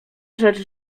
rzecz